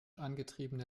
angetriebene